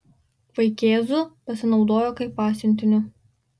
vaikėzu pasinaudojo kaip pasiuntiniu